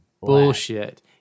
bullshit